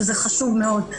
שזה חשוב מאוד,